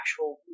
actual